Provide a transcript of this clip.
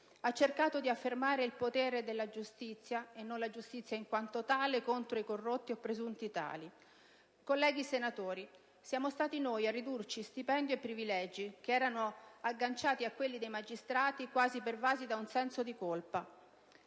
ha cercato di affermare il potere della giustizia e non la giustizia in quanto tale contro i corrotti o presunti tali. Colleghi senatori, siamo stati noi a ridurci stipendio e privilegi che erano agganciati a quelli dei magistrati quasi pervasi da un senso di colpa.